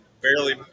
Barely